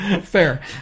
Fair